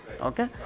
Okay